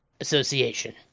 Association